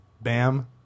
Bam